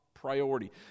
priority